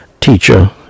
teacher